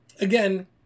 again